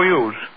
use